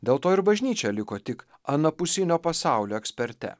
dėl to ir bažnyčia liko tik anapusinio pasaulio eksperte